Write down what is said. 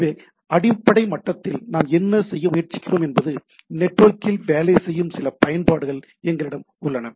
எனவே அடிப்படை மட்டத்தில் நாம் என்ன செய்ய முயற்சிக்கிறோம் என்பது நெட்வொர்க்கில் வேலை செய்யும் சில பயன்பாடுகள் எங்களிடம் உள்ளன